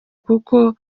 kuko